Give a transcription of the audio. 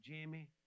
jimmy